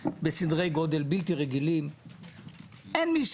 עם אנשים גדולים וחזקים ועשירים.